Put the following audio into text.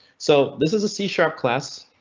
so this is a c sharp class.